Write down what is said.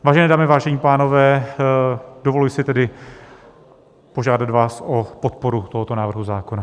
Vážené dámy, vážení pánové, dovoluji si tedy požádat vás o podporu tohoto návrhu zákona.